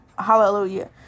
hallelujah